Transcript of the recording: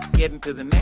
getting to them and